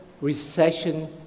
recession